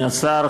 אדוני השר,